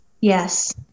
Yes